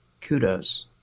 Kudos